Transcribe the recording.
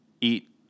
eat